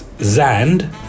Zand